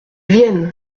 viennent